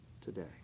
today